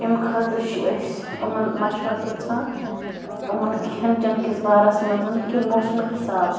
اَمہِ خٲطرٕ چھِ أسۍ یِمَن مَشوَر پِرٛژھان یِمَن کھٮ۪ن چٮ۪ن کِس بارَس منٛز کہِ موسمہٕ حساب